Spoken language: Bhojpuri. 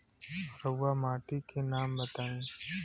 रहुआ माटी के नाम बताई?